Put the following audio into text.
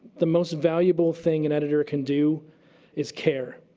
the most valuable thing an editor can do is care.